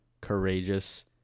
courageous